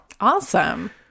Awesome